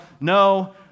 no